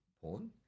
porn